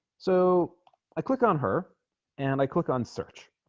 so i click on her and i click on search